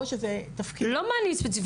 או שזה תפקיד --- לא מענים ספציפיים.